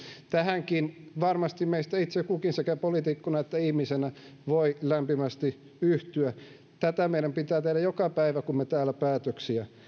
tähänkin varmasti meistä itse kukin sekä poliitikkona että ihmisenä voi lämpimästi yhtyä tätä meidän pitää tehdä joka päivä kun me täällä päätöksiä